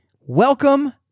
welcome